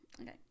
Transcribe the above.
okay